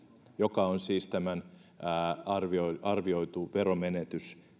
joka on siis arvioitu veromenetys